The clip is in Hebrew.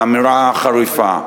האמירה חריפה.